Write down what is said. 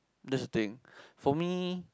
that's the thing for me